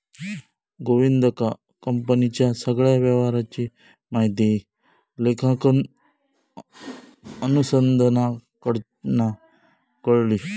गोविंदका कंपनीच्या सगळ्या व्यवहाराची माहिती लेखांकन अनुसंधानाकडना कळली